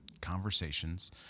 conversations